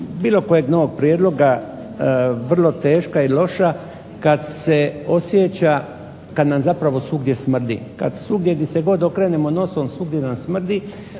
bilo kojeg novog prijedloga vrlo teška i loša kad se osjeća, kad nam zapravo svugdje smrdi, kad svugdje gdje se god okrenemo nosom svugdje nam smrdi,